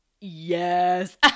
Yes